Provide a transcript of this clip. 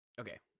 Okay